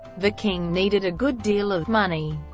the king needed a good deal of money.